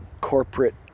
corporate